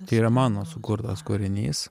tai yra mano sukurtas kūrinys